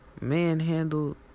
manhandled